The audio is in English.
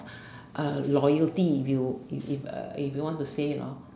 uh loyalty if you if if uh you want to say lor